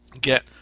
get